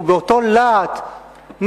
ובאותו להט,